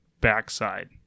backside